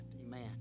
Amen